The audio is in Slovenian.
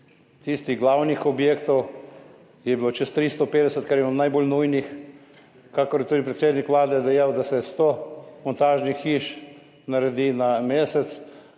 Tistih glavnih objektov je bilo čez 350, kar je bilo najbolj nujno. Kakor je tudi predsednik Vlade dejal, da se 100 montažnih hiš naredi na mesec,